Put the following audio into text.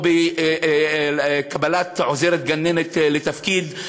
או בקבלת עוזרת גננת לתפקיד,